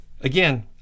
again